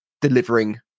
delivering